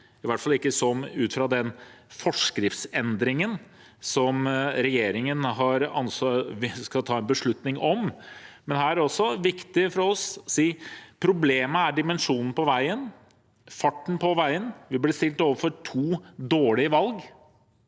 i hvert fall ikke ut fra den forskriftsendringen som regjeringen skal ta en beslutning om. Også her er det viktig for oss å si at problemet er dimensjonen på veien og farten på veien – vi blir stilt overfor to dårlige valg